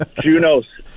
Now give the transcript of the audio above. Junos